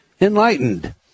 enlightened